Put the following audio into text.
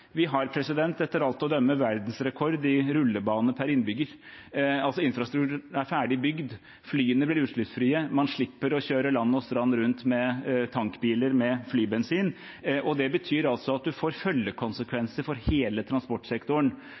Vi har etter alt å dømme verdensrekord i rullebane per innbygger. Infrastrukturen er ferdig bygd, flyene blir utslippsfrie, man slipper å kjøre land og strand rundt med tankbiler med flybensin, og det betyr at man får følgekonsekvenser for hele transportsektoren.